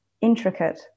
intricate